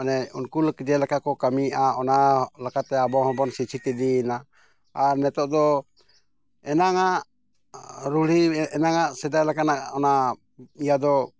ᱢᱟᱱᱮ ᱩᱱᱠᱩ ᱡᱮᱞᱮᱠᱟ ᱠᱚ ᱠᱟᱹᱢᱤᱭᱮᱫᱟ ᱚᱱᱟ ᱞᱮᱠᱟᱛᱮ ᱟᱵᱚ ᱦᱚᱸᱵᱚᱱ ᱥᱤᱠᱠᱷᱤᱛ ᱤᱫᱤᱭᱮᱱᱟ ᱟᱨ ᱱᱤᱛᱳᱜ ᱫᱚ ᱮᱱᱟᱱᱟᱜ ᱨᱩᱲᱦᱤ ᱮᱱᱟᱱᱟᱜ ᱥᱮᱫᱟᱭ ᱞᱮᱠᱟᱱᱟᱜ ᱚᱱᱟ ᱤᱭᱟᱹ ᱫᱚ